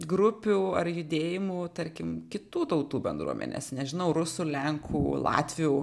grupių ar judėjimų tarkim kitų tautų bendruomenėse nežinau rusų lenkų latvių